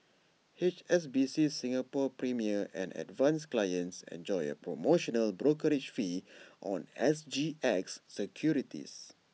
H S B C Singapore's premier and advance clients enjoy A promotional brokerage fee on S G X securities